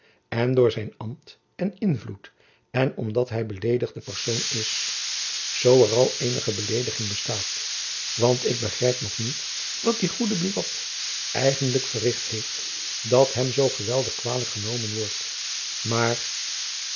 èn door zijn ambt en invloed èn omdat hy de beleedigde persoon is zoo er al eenige beleediging bestaat want ik begrijp nog niet wat die goede buat eigenlijk verricht heeft dat hem zoo geweldig kwalijk genomen wordt maar